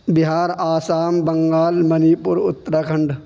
Bihar Assam Bengal Manipur Uttarakhand